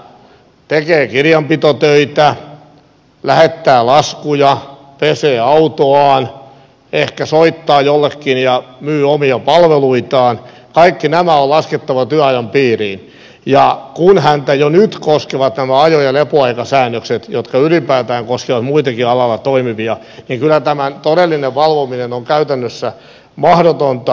kuljetusyrittäjä tekee kirjanpitotöitä lähettää laskuja pesee autoaan ehkä soittaa jollekin ja myy omia palveluitaan ja kaikki nämä on laskettava työajan piiriin ja kun häntä jo nyt koskevat nämä ajo ja lepoaikasäännökset jotka ylipäätään koskevat muitakin alalla toimivia niin kyllä tämän todellinen valvominen on käytännössä mahdotonta